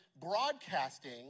broadcasting